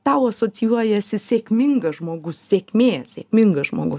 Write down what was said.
tau asocijuojasi sėkmingas žmogus sėkmė sėkmingas žmogus